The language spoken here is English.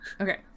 Okay